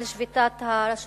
על שביתת הרשויות